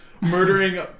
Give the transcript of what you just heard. murdering